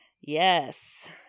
Yes